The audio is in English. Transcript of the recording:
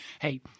hey